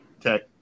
Tech